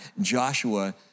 Joshua